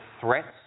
threats